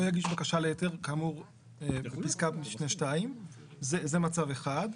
לא יגיש בקשה להיתר כאמור בפסקת משנה 2". זה מצב אחד.